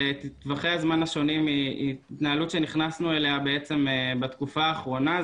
על טווחי הזמן השונים היא התנהלות שנכנסו אליה בעצם בתקופה האחרונה.